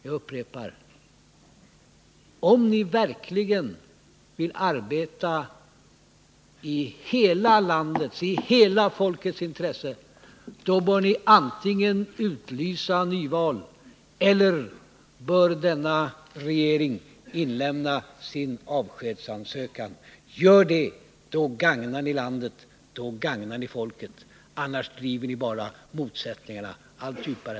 Jag upprepar: Om ni verkligen vill arbeta i hela landets, hela folkets intresse, bör ni antingen utlysa nyval eller inlämna regeringens avskedsansökan. Gör det, för då gagnar ni landet och folket! I annat fall driver ni bara motsättningarna allt djupare.